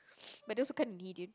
but they also kinda need it